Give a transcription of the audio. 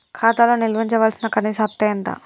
ఖాతా లో నిల్వుంచవలసిన కనీస అత్తే ఎంత?